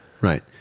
Right